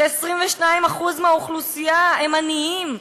כש-22% מהאוכלוסייה הם עניים,